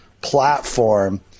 platform